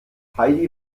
heidi